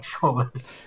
shoulders